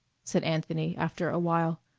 said anthony after a while.